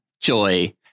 Joy